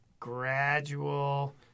gradual